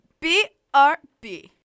B-R-B